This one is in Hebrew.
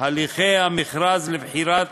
הליכי המכרז לבחירת